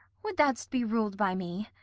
would thou'dst be rul'd by me!